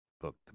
book